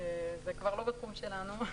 זה כבר לא בתחום שלנו.